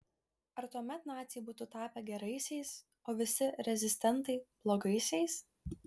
ar tuomet naciai būtų tapę geraisiais o visi rezistentai blogaisiais